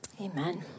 Amen